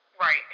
Right